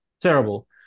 terrible